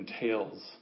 entails